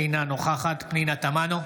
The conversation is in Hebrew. אינה נוכחת פנינה תמנו,